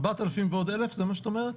4,000 ועוד 1,000 זה מה שאת אומרת?